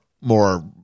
more